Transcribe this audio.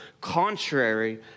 contrary